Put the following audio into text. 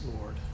Lord